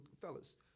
fellas